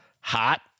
hot